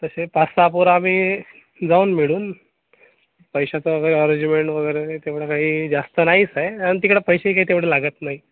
तसे पाच सहा पोरं आम्ही जाऊन मिळून पैशाचं वगैरे अरेंजमेंट वगैरे तेवढं काही जास्त नाही आहे आणि तिकडं पैसेही काही तेवढं लागत नाही